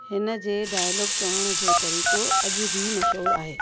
हुन जे डायलॉग चवण जो तरीक़ो अॼु बि मशहूरु आहे